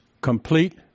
complete